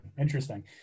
Interesting